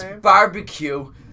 Barbecue